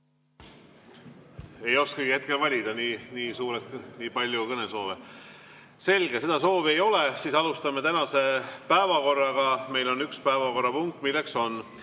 Ei oskagi hetkel valida, nii palju kõnesoove. Selge, seda soovi ei ole. Siis alustame tänase päevakorraga. Meil on üks päevakorrapunkt, milleks on